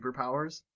superpowers